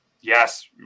yes